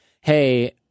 hey